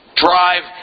drive